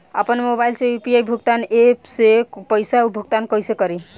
आपन मोबाइल से यू.पी.आई भुगतान ऐपसे पईसा भुगतान कइसे करि?